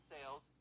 sales